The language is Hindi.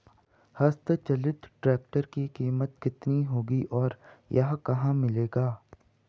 हस्त चलित ट्रैक्टर की कीमत कितनी होगी और यह कहाँ मिलेगा?